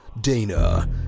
Dana